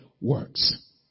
works